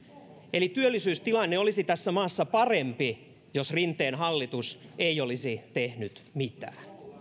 eli työllisyystilanne olisi tässä maassa parempi jos rinteen hallitus ei olisi tehnyt mitään